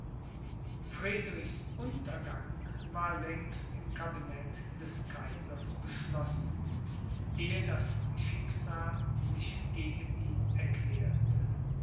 friedrichs untergang war längst im cabinet des kaisers beschlossen ehe das schicksal sich gegen ihn erklärte